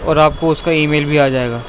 اور آپ کو اس کا ایمیل بھی آ جائے گا